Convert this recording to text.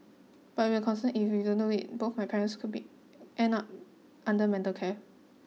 but we're concerned if we don't do it both my parents could be end up under mental care